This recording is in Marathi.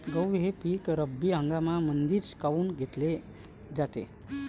गहू हे पिक रब्बी हंगामामंदीच काऊन घेतले जाते?